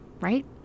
right